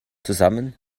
zusammen